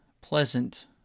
pleasant